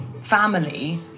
family